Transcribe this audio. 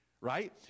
Right